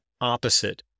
opposite